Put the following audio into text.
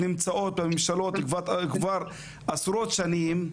נמצאות בממשלות כבר עשרות שנים,